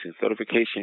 Certification